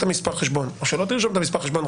מספר החשבון או שלא תרשום את מספר החשבון,